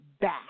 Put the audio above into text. back